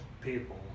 people